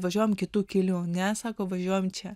važiuojam kitu keliu ne sako važiuojam čia